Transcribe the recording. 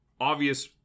obvious